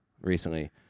recently